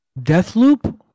Deathloop